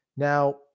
Now